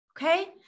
Okay